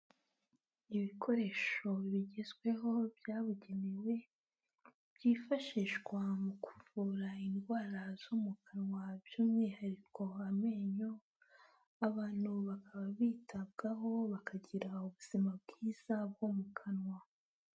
Ibikoresho bigezweho byabugenewe, byifashishwa mu kuvura indwara zo mu kanwa by'umwihariko amenyo, abantu bakaba bitabwaho bakagira ubuzima bwiza bwo mu kanwa.